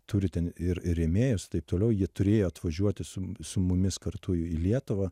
turi ten ir ir rėmėjus taip toliau jie turėjo atvažiuoti su su mumis kartu į lietuvą